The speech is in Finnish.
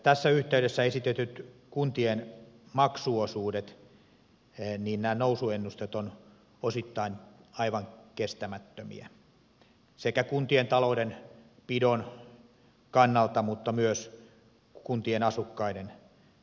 tässä yhteydessä esitetyt kuntien maksuosuudet nämä nousuennusteet ovat osittain aivan kestämättömiä sekä kuntien taloudenpidon kannalta mutta myös kuntien asukkaiden näkökulmasta